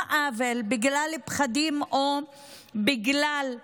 עוול לאזרחים שלה בגלל פחדים או בגלל אירועים,